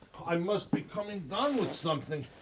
i must be coming down with something.